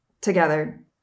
together